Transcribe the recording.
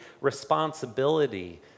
responsibility